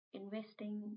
investing